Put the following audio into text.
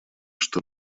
что